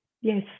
yes